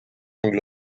anglo